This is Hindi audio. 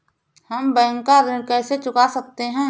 हम बैंक का ऋण कैसे चुका सकते हैं?